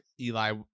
eli